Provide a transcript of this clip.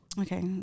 Okay